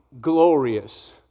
glorious